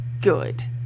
good